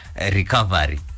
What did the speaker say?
recovery